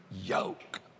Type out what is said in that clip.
Yoke